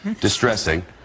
distressing